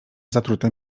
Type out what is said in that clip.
zatrute